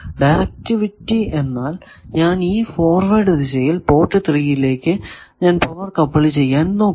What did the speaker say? directivity എന്നാൽ ഞാൻ ഈ ഫോർവേഡ് ദിശയിൽ പോർട്ട് 3 ലേക്ക് ഞാൻ പവർ കപ്പിൾ ചെയ്യാൻ നോക്കുന്നു